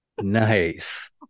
Nice